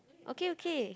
okay okay